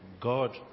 God